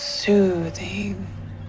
soothing